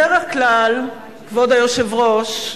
בדרך כלל, כבוד היושב-ראש,